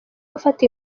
gufata